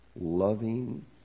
loving